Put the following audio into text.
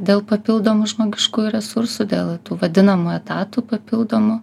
dėl papildomų žmogiškųjų resursų dėl tų vadinamų etatų papildomų